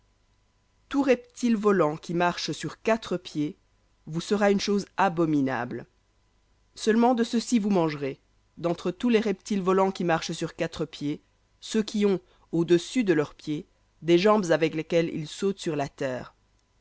tout reptile volant qui marche sur quatre vous sera une chose abominable seulement de ceci vous mangerez d'entre tous les reptiles volants qui marchent sur quatre ceux qui ont au-dessus de leurs pieds des jambes avec lesquelles ils sautent sur la terre